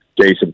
Jason